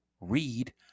read